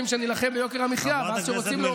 כשאתה היית שר האוצר, חברת הכנסת מלינובסקי.